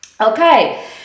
okay